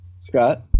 Scott